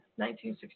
1960